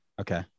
okay